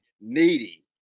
needy